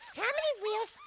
how many wheels